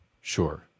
Sure